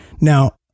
Now